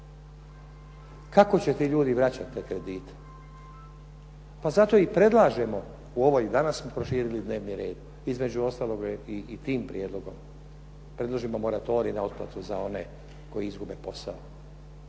Kako će ti ljudi vraćati te kredite? Pa danas i predlažemo u ovoj danas smo proširili dnevni red, između ostaloga i tim prijedlogom. Predložimo moratorij na otplatu za one koji izgube posao.